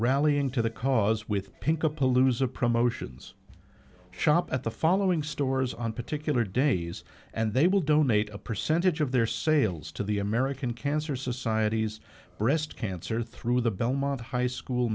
rallying to the cause with pink a palooza promotions shop at the following stores on particular days and they will donate a percentage of their sales to the american cancer society's breast cancer through the belmont high school